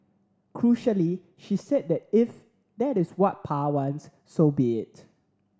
crucially she said that if that is what Pa wants so be it